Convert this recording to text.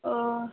ओ